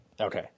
okay